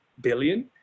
billion